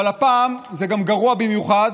אבל הפעם זה גרוע במיוחד,